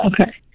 okay